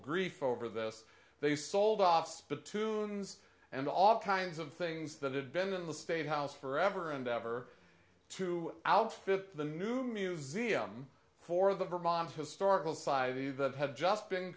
grief over this they sold off spittoons and all kinds of things that have been in the state house forever and ever to outfit the new museum for the vermont historical society that had just been